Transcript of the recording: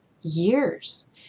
years